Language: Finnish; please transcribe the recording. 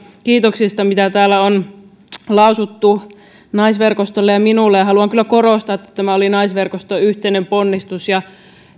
kiitoksista joita täällä on lausuttu naisverkostolle ja minulle ja haluan kyllä korostaa että tämä oli naisverkoston yhteinen ponnistus ja